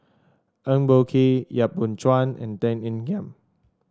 Eng Boh Kee Yap Boon Chuan and Tan Ean Kiam